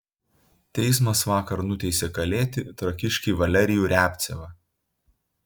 teismas vakar nuteisė kalėti trakiškį valerijų riabcevą